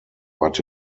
but